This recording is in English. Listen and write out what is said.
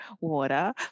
water